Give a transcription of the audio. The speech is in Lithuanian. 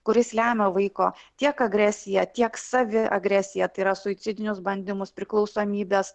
kuris lemia vaiko tiek agresiją tiek savi agresiją tai yra suicidinius bandymus priklausomybes